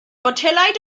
botelaid